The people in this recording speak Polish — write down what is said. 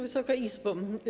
Wysoka Izbo!